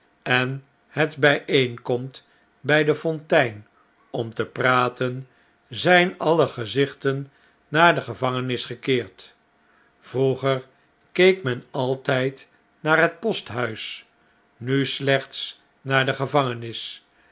en het bjjeenkomt bjj de fontein om te praten zjjn alle gezichten naar de gevangenis gekeerd vroeger keek men altjjd naar het posthuis nu slechts naar de gevangenis